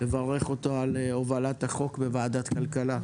נברך אותו על הובלת החוק בוועדת כלכלה.